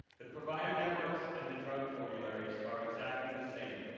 the provider networks and the drug formularies are exactly the same.